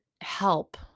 help